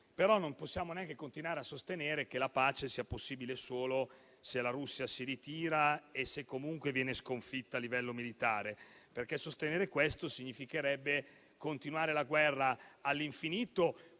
resa. Non possiamo però neanche continuare a sostenere che la pace sia possibile solo se la Russia si ritira e se comunque viene sconfitta a livello militare, perché sostenere questo significherebbe continuare la guerra all'infinito